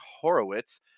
Horowitz